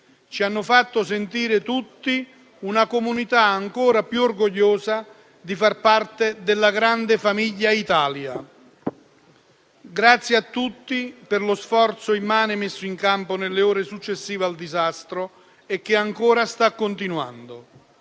ci hanno fatto sentire tutti una comunità ancora più orgogliosa di far parte della grande famiglia Italia. Grazie a tutti per lo sforzo immane messo in campo nelle ore successive al disastro, che ancora sta continuando.